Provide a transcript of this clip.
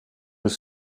were